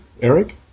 Eric